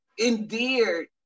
endeared